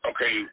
Okay